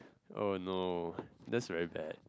oh no that's very bad